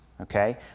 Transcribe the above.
Okay